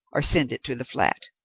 or send it to the flat.